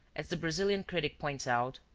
as the brazilian critic points out,